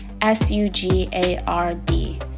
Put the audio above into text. s-u-g-a-r-b